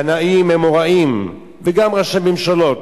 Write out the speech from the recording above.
תנאים ואמוראים, וגם ראשי ממשלות.